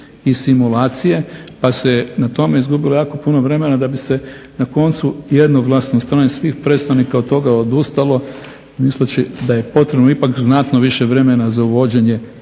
i simulacije, pa se na tome izgubilo jako puno vremena da bi se na koncu jednoglasno od strane svih predstavnika od toga odustalo misleći da je potrebno ipak znatno više vremena za uvođenje